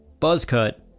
Buzzcut